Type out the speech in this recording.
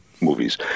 movies